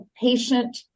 patient